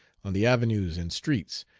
on the avenues and streets,